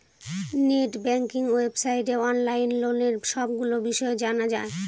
net banking ওয়েবসাইটে online লোনের সবগুলো বিষয় জানা যায়